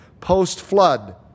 post-flood